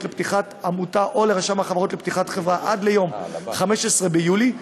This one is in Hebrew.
לפתיחת עמותה או לרשם החברות לפתיחת חברה עד יום 15 ביולי,